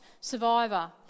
survivor